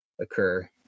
occur